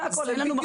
אוקי.